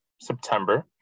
September